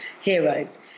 heroes